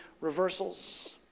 reversals